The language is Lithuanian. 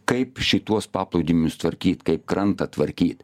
kaip šituos paplūdimius tvarkyt kaip krantą tvarkyt